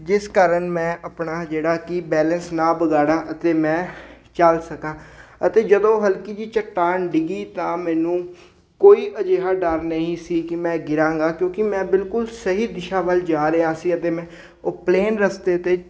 ਜਿਸ ਕਾਰਨ ਮੈਂ ਆਪਣਾ ਜਿਹੜਾ ਕਿ ਬੈਲੈਂਸ ਨਾ ਵਿਗਾੜਾਂ ਅਤੇ ਮੈਂ ਚੱਲ ਸਕਾਂ ਅਤੇ ਜਦੋਂ ਹਲਕੀ ਜਿਹੀ ਚਟਾਨ ਡਿੱਗੀ ਤਾਂ ਮੈਨੂੰ ਕੋਈ ਅਜਿਹਾ ਡਰ ਨਹੀਂ ਸੀ ਕਿ ਮੈਂ ਗਿਰਾਗਾ ਕਿਉਂਕਿ ਮੈਂ ਬਿਲਕੁਲ ਸਹੀ ਦਿਸ਼ਾ ਵੱਲ ਜਾ ਰਿਹਾ ਸੀ ਅਤੇ ਮੈਂ ਉਹ ਪਲੇਨ ਰਸਤੇ 'ਤੇ